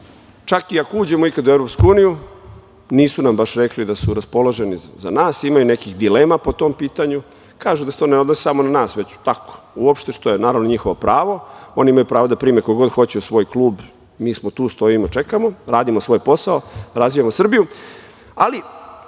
Čak i ako uđemo ikada u EU, nisu nam baš rekli da su raspoloženi za nas, imaju nekih dilema po tom pitanju. Kažu da se to ne odnosi samo na nas, već tako, uopšte, što je, naravno, njihovo pravo. Oni imaju pravo da prime koga kod hoće u svoj klub. Mi smo tu, stojimo, čekamo, radimo svoj posao, razvijamo Srbiju,